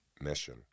mission